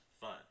fun